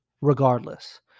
regardless